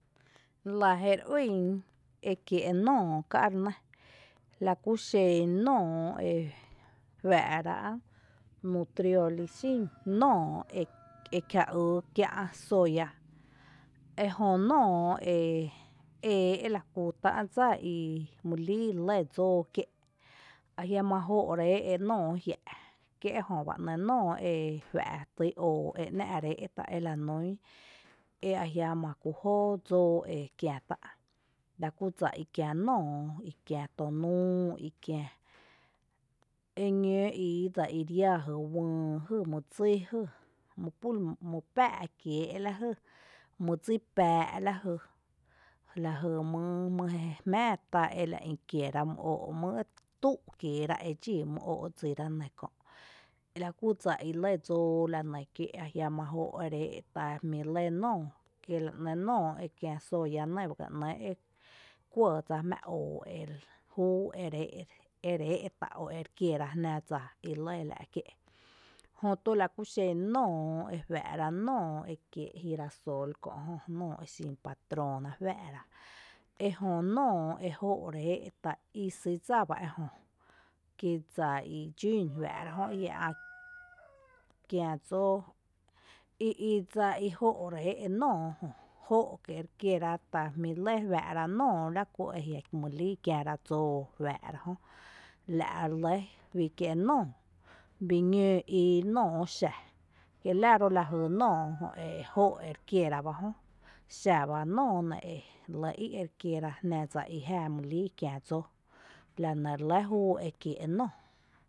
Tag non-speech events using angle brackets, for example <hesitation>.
La jéry ýn ekiee’ nóoó ká’ re nɇ, lakú xen nóoó ejuⱥⱥ’ ráa’ Nutrioli xín <noise> nóoó eja ýy kiä’ sóya ejö nóoó e ée’ lakú tá’ dsa imy líi lɇ dsóo kié’ ajiama’ joo’ ere é’ nóoó ejiä’ kí ejö bá nɇɇ’ nóoó ejuⱥ tý oo enⱥ’ re é’ e la nún e ajiama’ ku jó dsóo ekiä tá’, lakú dsa i kiä nóoó, i kiä to núu, i kiä, e ñǿǿ ii dsa i re iaa jy uÿý, jy mý dsí jý, mý pul <hesitation> mý pⱥⱥ’ lajy, la jy mý jé jmⱥⱥ tá la ïkiera my oo’ mý tuu’ kieera e dxí óó’ dsira nɇ kö’. Laku dsa i lɇ dsóo kié’ ajiama joo’ ere é’ eta jmíi’ lɇ nóoó, la nɇɇ’ nóoó ekïa sóya nɇ byga nɇɇ’ kuɇ dsa jmⱥⱥ oo júú ere é’ ta’ o ere kiéra jná dsa i lɇ la’ kié’, jötu la ku xen nóoó ejuⱥⱥ’ra nóoó ekiee’ girasol kö’ jö, nóoó exin patrona juⱥⱥ rá ejö nóoó ejoo’ re é’ ta isýy’ dsaba ejö ki dsa i dxún <noise> juⱥⱥ’ ra jö i ajia’ ä’ kiä dsóo i i dsa i jóo’ re é’ nóoó jö, joo’ kié’ rekiera ta jmíi’ lɇ juaa’ra nóoó lakú eajia’ mylíi kiära dsóo re juáara jö, la’ re lɇ juí kié’ nóoó bii ñǿǿ ii nóoó xa kílaro la jy nóoó jö joo’ <noise> ere kiera ba Jónɇ, x aba nóoó nɇ e re lɇ í’ ere kiera jnⱥ dsa i jⱥⱥⱥ mɨ líi kiä dsóo, la nɇ re lɇ júu ekiee’ nóoó